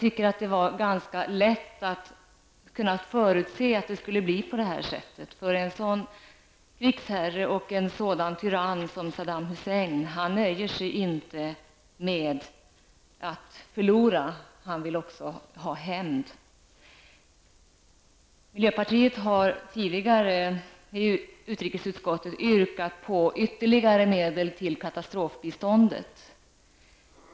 Det var ganska lätt att kunna förutse att det skulle bli på det här sättet. En sådan krigsherre och en sådan tyrann som Saddam Hussein nöjer sig inte med att förlora, han vill också ha hämnd. Miljöpartiet har tidigare i utrikesutskottet yrkat på ytterligare medel till katastrofbiståndet.